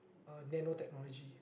uh nano technology